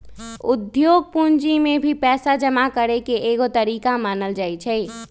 उद्योग पूंजी के भी पैसा जमा करे के एगो तरीका मानल जाई छई